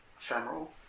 ephemeral